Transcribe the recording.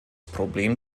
problem